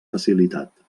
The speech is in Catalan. facilitat